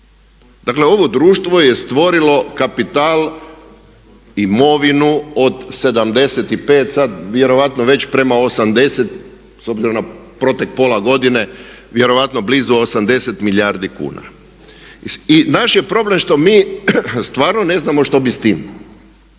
Dakle ovo društvo je stvorilo kapital, imovinu od 75, sad vjerojatno već prema 80, s obzirom na protek pola godine, vjerojatno blizu 80 milijardi kuna. I naše je problem što mi stvarno ne znamo što bi sa time.